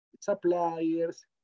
suppliers